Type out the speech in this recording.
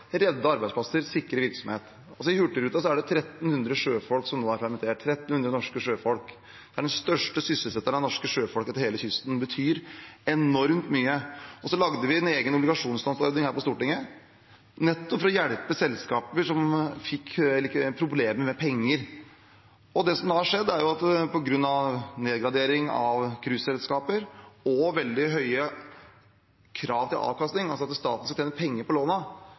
redde arbeidsplasser og sikre virksomhet. I Hurtigruten er det 1 300 sjøfolk som nå er permittert – 1 300 norske sjøfolk. Det er den største sysselsetteren av norske sjøfolk langs hele kysten og betyr enormt mye. Så lagde vi en egen obligasjonslånsordning her på Stortinget, nettopp for å hjelpe selskaper som fikk problemer med penger. Det som da har skjedd, er at på grunn av nedgradering av cruiseselskaper og veldig høye krav til avkastning, altså at staten skal tjene penger på